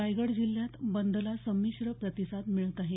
रायगड जिल्हयात बंदला संमिश्र प्रतिसाद मिळत आहे